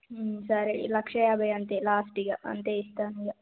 సరే లక్షయాభై అంతే లాస్ట్ ఇక అంతే ఇస్తాను ఇక